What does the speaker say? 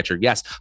Yes